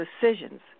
decisions